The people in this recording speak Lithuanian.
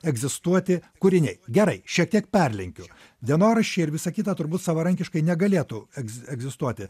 egzistuoti kūriniai gerai šiek tiek perlenkiu dienoraščiai ir visa kita turbūt savarankiškai negalėtų egz egzistuoti